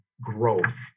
growth